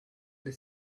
the